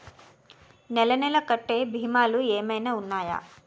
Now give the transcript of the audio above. నెల నెల కట్టే భీమాలు ఏమైనా ఉన్నాయా?